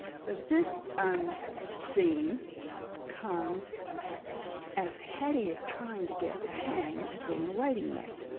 so this um scene comes as hetty is trying to get the hang of being a waiting maid.